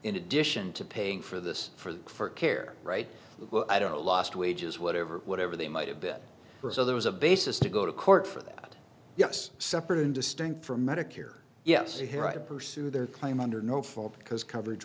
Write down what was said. in addition to paying for this for the for care right i don't know lost wages whatever whatever they might have been so there was a basis to go to court for that yes separate and distinct from medicare yes a hero to pursue their claim under no fault because coverage